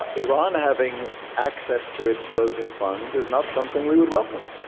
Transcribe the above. ah iran having access to its frozen funds is not something we would welcome.